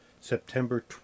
September